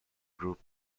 group